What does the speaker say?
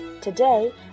Today